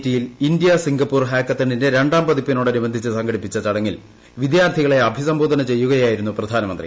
ടിയിൽ ഇന്ത്യ സിംഗപ്പൂർ ഹാക്കത്തണിന്റെ രണ്ടാം പതിപ്പിനോട് അനുബന്ധിച്ച് സംഘടിപ്പിച്ച ചടങ്ങിൽ വിദ്യാർത്ഥികളെ അഭിസംബോധന ചെയ്യുകയായിരുന്നു പ്രധാനമന്ത്രി